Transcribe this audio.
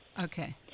Okay